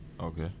Okay